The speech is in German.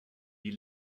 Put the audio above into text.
die